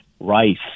rice